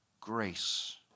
grace